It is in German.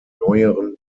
neueren